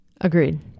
agreed